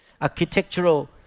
architectural